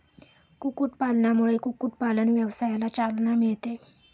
कुक्कुटपालनामुळे कुक्कुटपालन व्यवसायाला चालना मिळते